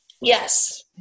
Yes